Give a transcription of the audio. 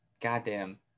goddamn